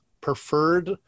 preferred